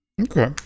Okay